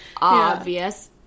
Obvious